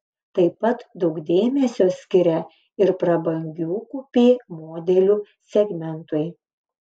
taip pat daug dėmesio skiria ir prabangių kupė modelių segmentui